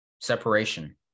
separation